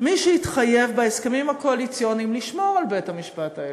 מי שהתחייב בהסכמים הקואליציוניים לשמור על בית-המשפט העליון,